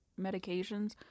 medications